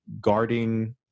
guarding